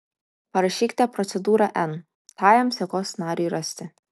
parašykite procedūrą n tajam sekos nariui rasti